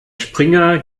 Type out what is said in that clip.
springer